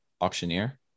auctioneer